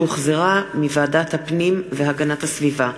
שהחזירה ועדת הפנים והגנת הסביבה.